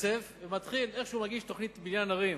מתחצף ומתחיל, איך שהוא מגיש תוכנית בניין ערים,